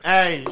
Hey